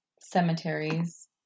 cemeteries